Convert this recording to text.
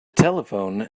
telephone